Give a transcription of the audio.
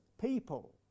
people